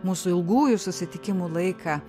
mūsų ilgųjų susitikimų laiką